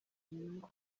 inyungu